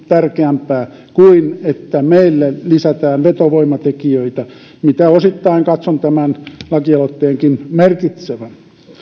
tärkeämpää kuin se että meille lisätään vetovoimatekijöitä mitä osittain katson tämän lakialoitteenkin merkitsevän